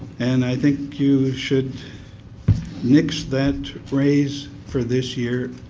and i think you should nix that raise for this year,